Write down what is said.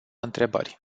întrebări